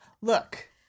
look